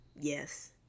Yes